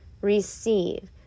Receive